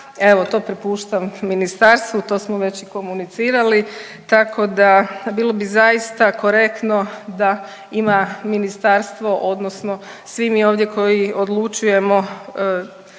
evo to prepuštam ministarstvu. To smo već komunicirali, tako da bilo bi zaista korektno da ima ministarstvo odnosno svi mi ovdje koji odlučujemo